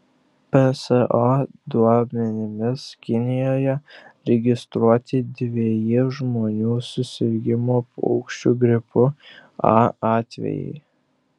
pso duomenimis kinijoje registruoti dveji žmonių susirgimo paukščiu gripu a atvejai